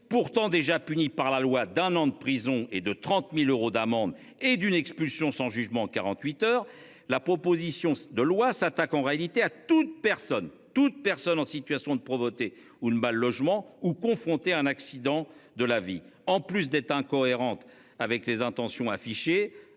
pourtant déjà puni par la loi d'un an de prison et de 30.000 euros d'amende et d'une expulsion sans jugement en 48 heures. La proposition de loi s'attaque en réalité à toute personne, toute personne en situation de Provoté où le mal logement ou confronté à un accident de la vie en plus d'être un cohérente avec les intentions affichées.